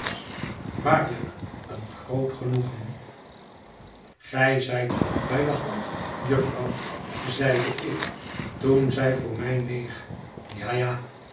waarlijk een groot genoegen ge zijt vroeg bij de hand jufvrouw zeide ik toen zij voor mij neeg ja-a ik